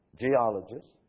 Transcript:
geologists